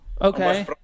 Okay